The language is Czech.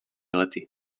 lety